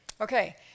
Okay